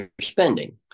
spending